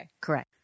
Correct